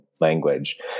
language